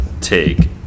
take